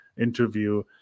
interview